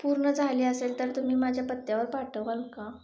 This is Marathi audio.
पूर्ण झाली असेल तर तुम्ही माझ्या पत्त्यावर पाठवाल का